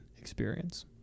experience